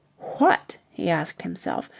what, he asked himself,